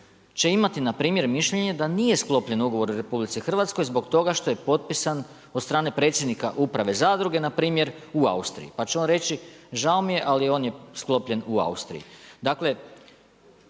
će imati npr. mišljenje da nije sklopljen ugovor u RH zbog toga što je potpisan od strane predsjednika uprave zadruge npr. u Austriji. Pa će on reći, žao mi je ali on je sklopljen u Austriji. Dakle